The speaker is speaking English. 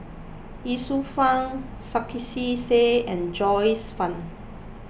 Ye Shufang Sarkasi Said and Joyce Fan